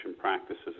practices